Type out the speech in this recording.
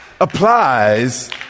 applies